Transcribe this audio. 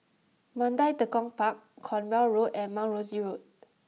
Mandai Tekong Park Cornwall Road and Mount Rosie Road